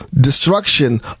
destruction